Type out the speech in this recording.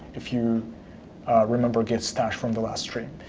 if you remember git stash from the last stream.